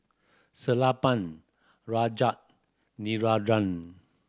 Sellapan Rajat Narendra